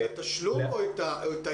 את התשלום או את הימים?